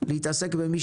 להתעסק במי